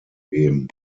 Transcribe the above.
geben